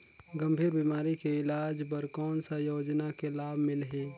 गंभीर बीमारी के इलाज बर कौन सा योजना ले लाभ मिलही?